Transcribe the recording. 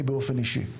אני באופן אישי.